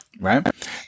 Right